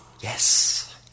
Yes